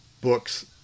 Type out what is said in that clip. books